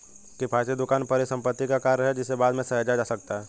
किफ़ायती दुकान परिसंपत्ति का कार्य है जिसे बाद में सहेजा जा सकता है